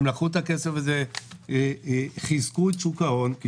הם לקחו את הכסף הזה וחיזקו את שוק ההון כי